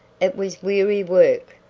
it was weary work,